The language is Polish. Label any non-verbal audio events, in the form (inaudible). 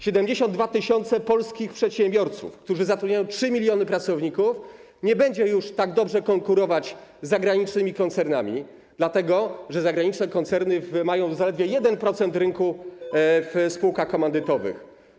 72 tys. polskich przedsiębiorców, którzy zatrudniają 3 mln pracowników, nie będzie już tak dobrze konkurować z zagranicznymi koncernami, dlatego że zagraniczne koncerny mają (noise) zaledwie 1% rynku w spółkach komandytowych.